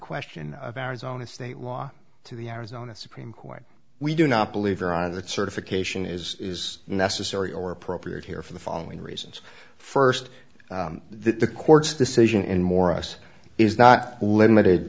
question of arizona state law to the arizona supreme court we do not believe there are that certification is is necessary or appropriate here for the following reasons first that the court's decision in morris is not limited